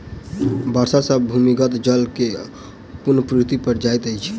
वर्षा सॅ भूमिगत जल के पुनःपूर्ति भ जाइत अछि